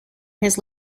his